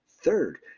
Third